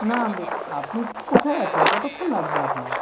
না আপনি কোথায় আছেন কতক্ষণ লাগবে আপনার